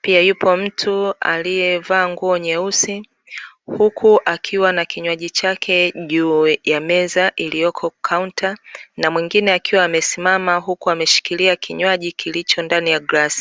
Pia yupo mtu aliyevaa nguo nyeusi huku akiwa na kinywaji chake juu ya meza iliyoko kaunta na mwingine akiwa amesimama huku ameshikilia kinywaji kilicho ndani ya glasi.